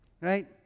Right